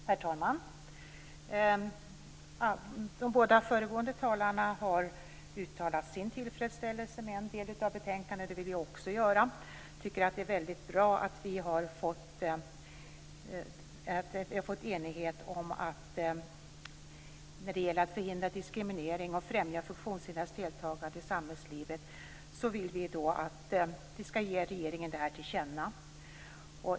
Herr talman! De båda föregående talarna har uttalat sin tillfredsställelse över delar av betänkandet. Det vill också jag göra. Jag tycker att det är väldigt bra att vi har nått enighet vad gäller att förhindra diskriminering och främja funktionshindrades deltagande i samhällslivet. Utskottet vill att vi skall ge detta regeringen till känna.